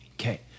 okay